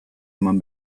eman